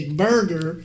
burger